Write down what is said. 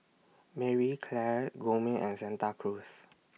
Marie Claire Gourmet and Santa Cruz